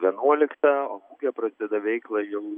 vienuoliktą o mugė prasideda veiklą jau